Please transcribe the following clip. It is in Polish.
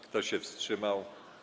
Kto się wstrzymał?